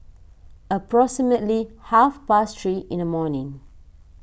approximately half past three in the morning